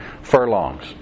furlongs